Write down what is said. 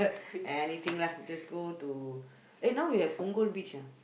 anything lah you just go to eh now we have Punggol Beach ah